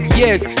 yes